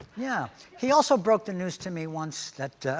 yeah. he also broke the news to me once that.